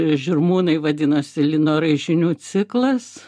žirmūnai vadinasi lino raižinių ciklas